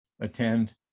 attend